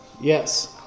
Yes